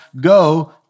go